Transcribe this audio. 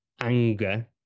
anger